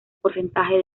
porcentaje